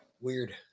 Weird